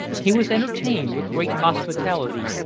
he was entertained with great hospitality,